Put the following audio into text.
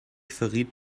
verrieten